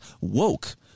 woke